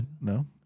no